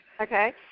Okay